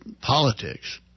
politics